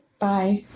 Bye